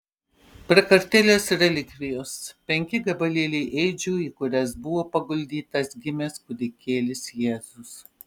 prakartėlės relikvijos penki gabalėliai ėdžių į kurias buvo paguldytas gimęs kūdikėlis jėzus